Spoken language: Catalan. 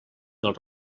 dels